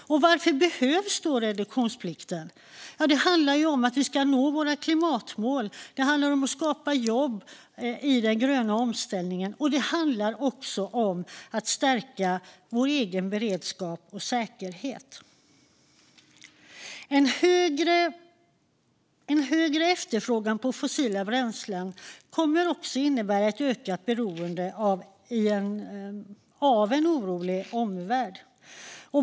Varför behövs reduktionsplikten? Det handlar om att vi ska nå våra klimatmål och om att skapa jobb i den gröna omställningen. Det handlar också om att stärka vår egen beredskap och säkerhet. En högre efterfrågan på fossila bränslen kommer att innebära ett ökat beroende av en orolig omvärld.